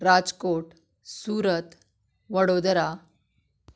Rajkot Surat Vadodara